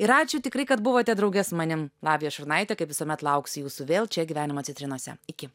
ir ačiū tikrai kad buvote drauge su manim lavija šurnaite kaip visuomet lauks jūsų vėl čia gyvenimo citrinose iki